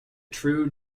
true